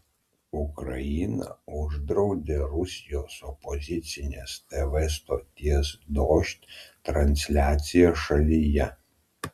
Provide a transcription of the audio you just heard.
ukraina uždraudė rusijos opozicinės tv stoties dožd transliaciją šalyje